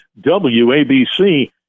WABC